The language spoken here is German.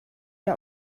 der